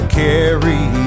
carry